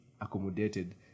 accommodated